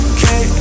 Okay